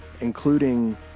including